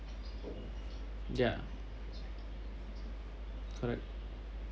ya correct